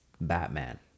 Batman